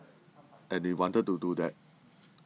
and we wanted to do that